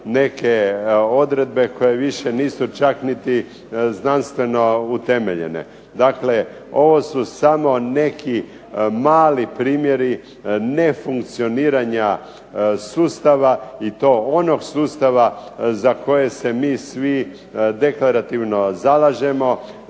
neke odredbe koje više nisu čak niti znanstveno utemeljene. Dakle, ovo su samo neki mali primjeri nefunkcioniranja sustava i to onog sustava za koje se mi svi deklarativno zalažemo.